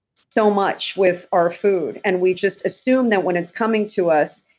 so much with our food. and we just assume that when it's coming to us,